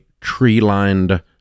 tree-lined